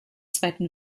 zweiten